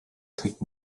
take